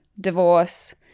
divorce